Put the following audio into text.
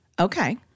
Okay